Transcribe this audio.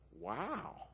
wow